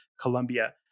Colombia